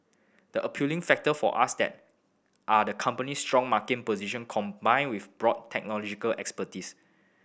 the appealing factor for us that are the company's strong market position combined with broad technological expertise